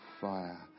fire